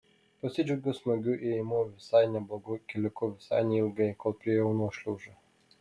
pasidžiaugiau smagiu ėjimu visai neblogu keliuku visai neilgai kol priėjau nuošliaužą